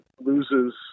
loses